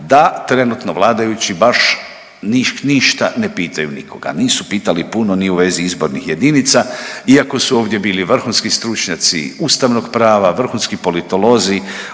da trenutno vladajući baš ništa ne pitaju nikoga. Nisu pitali puno ni u vezi izbornih jedinica, iako su ovdje bili vrhunski stručnjaci ustavnog prava, vrhunski politolozi.